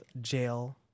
Jail